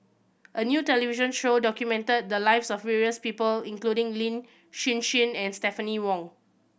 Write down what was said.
a new television show documented the lives of various people including Lin Hsin Hsin and Stephanie Wong